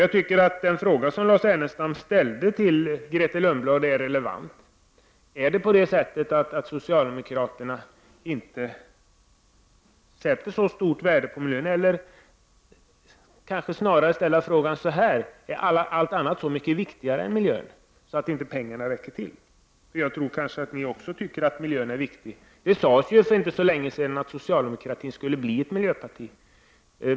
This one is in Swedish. Jag tycker att den fråga som Lars Ernestam ställde till Grethe Lundblad är relevant. Är det så, att socialdemokraterna inte sätter så stort värde på miljön? Eller kanske bör man snarare fråga: Är allt annat så mycket viktigare än miljön, så att pengarna inte räcker till? Jag tror nog att ni socialdemokrater också tycker att miljön är viktig. Det sades ju för inte så länge sedan att det socialdemokratiska partiet skulle bli ett miljöparti.